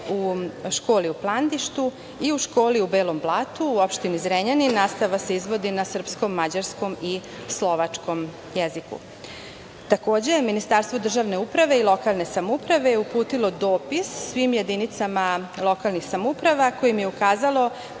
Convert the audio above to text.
u školi u Plandištu i u školi u Belom Blatu u Opštini Zrenjanin nastava se izvodi na: srpskom, mađarskom i slovačkom jeziku. Takođe, Ministarstvo državne uprave i lokalne samouprave je uputilo dopis svim jedinicama lokalnih samouprava kojim je ukazalo